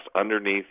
underneath